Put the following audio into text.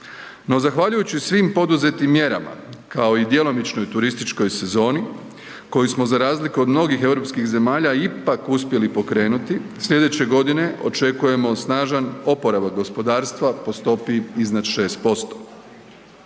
No, zahvaljujući svim poduzetim mjerama, kao i djelomičnoj turističkoj sezonu koju smo, za razliku od mnogih europskih zemalja ipak uspjeli pokrenuti, sljedeće godine očekujemo snažan oporavak gospodarstva po stopi iznad 6%.